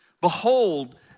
Behold